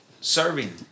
Serving